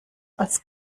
als